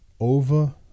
Over